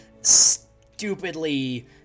stupidly